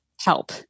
help